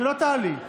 שלא תעלי.